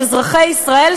אזרחי ישראל,